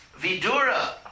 Vidura